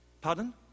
Pardon